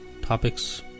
topics